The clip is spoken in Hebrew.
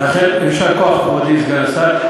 יישר כוח, חברי סגן השר.